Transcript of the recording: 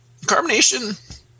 carbonation